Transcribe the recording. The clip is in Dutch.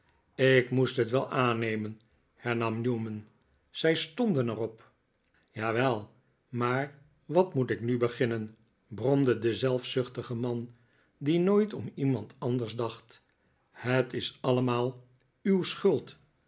ik moest net wel aannemen hernam newman zij stonden er op jawel maar wat moet ik nu beginnen bromde de zelfzuchtige man die nooit om iemand anders dacht het is allemaal uw schuld